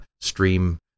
stream